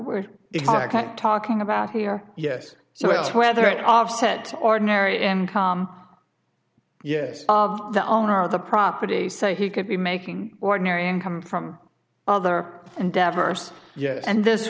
we're talking about here yes so whether it offset ordinary income yes the owner of the property so he could be making ordinary income from other endeavors yes and this